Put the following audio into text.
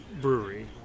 brewery